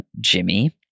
Jimmy